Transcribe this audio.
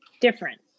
different